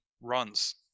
runs